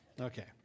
Okay